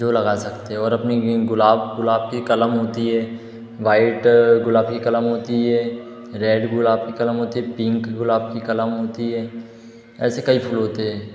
जो लगा सकते और अपनी ये गुलाब गुलाब कि कलम होती है व्हाइट गुलाब की कलम होती है रैड गुलाब कि कलम होती है पिंक गुलाब कि कलम होती है ऐसे कई फूल होते है